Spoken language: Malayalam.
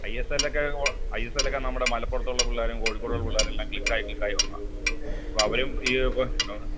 ഐ എസ് എല്ലിലൊക്കെ ഐ എസ് എല്ലിലൊക്കെ നമ്മുടെ മലപ്പുറത്തുള്ള പിള്ളേരും കോഴിക്കോടുള്ള പിള്ളേരെല്ലാം ക്ലിക്കായി ക്ലിക്കായി വന്നതാണ് അപ്പോൾ അവരും ഈ എന്തോന്ന്